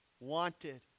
wanted